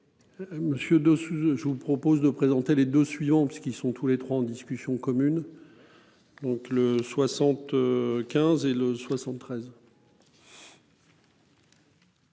Monsieur de. Je vous propose de présenter les deux suivants parce qu'ils sont tous les 3 en discussion commune. Donc le 60 15 et le 73.